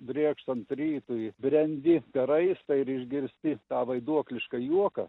brėkštant rytui brendi per raistą ir išgirsti tą vaiduoklišką juoką